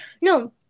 No